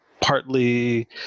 partly